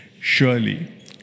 Surely